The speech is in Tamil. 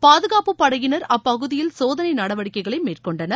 பாதுகாப்பு படையினர் அப்பகுதியில் சோதனை நடவடிக்கைகளை மேற்கொண்டனர்